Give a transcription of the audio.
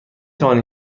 توانی